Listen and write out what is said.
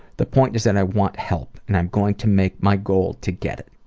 the point is that i want help and i'm going to make my goal to get it.